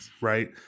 right